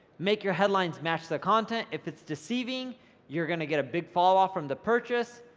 make your headlines match the content. if it's deceiving you're gonna get a big fall off from the purchase.